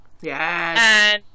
Yes